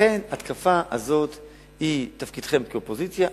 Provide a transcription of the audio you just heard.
לכן ההתקפה הזאת היא תפקידכם כאופוזיציה,